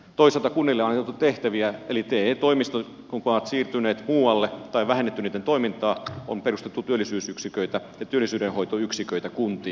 toisaalta kunnille on annettu tehtäviä eli te toimistot ovat siirtyneet muualle tai on vähennetty niitten toimintaa ja on perustettu työllisyydenhoitoyksiköitä kuntiin